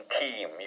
team